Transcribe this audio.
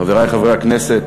חברי חברי הכנסת,